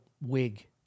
wig